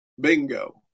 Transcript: Bingo